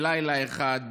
בלילה אחד,